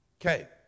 Okay